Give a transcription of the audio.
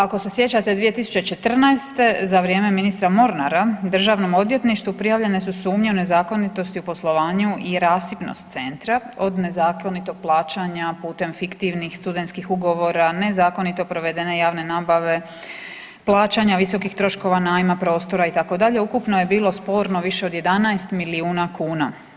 Ako se sjećate 2014., za vrijeme ministra Mornar, Državnom odvjetništvu prijavljene su sumnje u nezakonitost u poslovanju u rasipnost centra od nezakonitog plaćanja putem fiktivnih studentskih ugovora, nezakonito provedene javne nabave, plaćanja visokih troškova najma prostora itd., ukupno je bilo sporno više od 11 milijuna kuna.